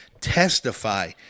testify